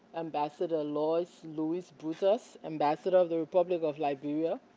ambassador lois lewis brutus, ambassador of the republic of liberia,